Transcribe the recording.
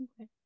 Okay